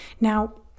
Now